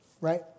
Right